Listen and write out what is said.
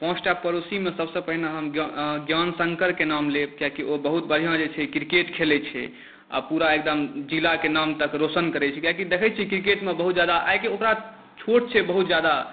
पाँच टा पड़ोसीमे सबसँ पहिने हम ज्ञान शंकरके नाम लेब कियाकि ओ बहुत बढ़िआँ जे छै किरकेट खेलै छै आओर पूरा एकदम जिलाके नाम तक रोशन करै छै कियाकि देखै छिए किरकेटमे बहुत ज्यादा आइके छोट छै बहुत ज्यादा